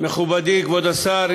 מכובדי כבוד השר,